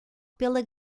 pela